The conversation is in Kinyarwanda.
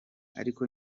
ariko